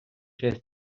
через